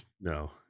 no